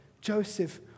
Joseph